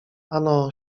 ano